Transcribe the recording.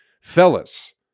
Fellas